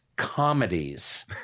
comedies